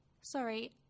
Sorry